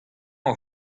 hor